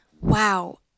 wow